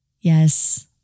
Yes